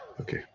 Okay